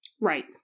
Right